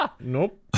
nope